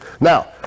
Now